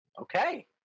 Okay